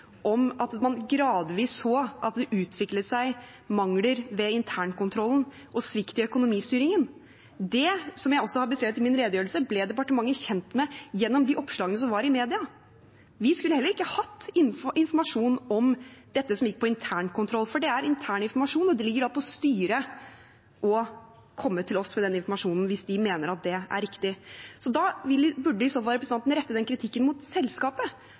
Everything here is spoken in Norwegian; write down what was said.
om at man gradvis så at det utviklet seg mangler ved internkontrollen og svikt i økonomistyringen. Det ble, som jeg også har beskrevet i min redegjørelse, departementet kjent med gjennom de oppslagene som var i media. Vi skulle heller ikke hatt informasjon om dette som gikk på internkontroll, for det er intern informasjon, og det ligger da til styret å komme til oss med den informasjonen hvis de mener at det er riktig. Da burde i så fall representanten rette den kritikken mot selskapet,